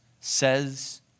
says